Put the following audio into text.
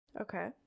Okay